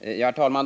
Herr talman!